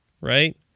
right